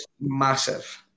massive